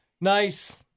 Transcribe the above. Nice